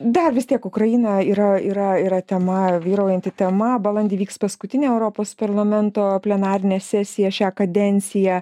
dar vis tiek ukraina yra yra yra tema vyraujanti tema balandį vyks paskutinė europos parlamento plenarinė sesija šią kadenciją